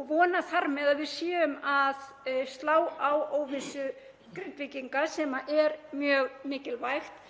og vona þar með að við séum að slá á óvissu Grindvíkinga, sem er mjög mikilvægt.